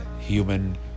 human